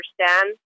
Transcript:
understand